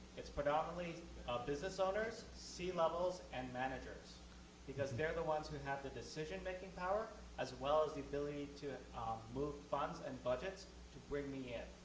it's predominantly business owners, c-levels and managers because they're the ones who have have the decision making power as well as the ability to move funds and budgets to bring me in.